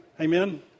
Amen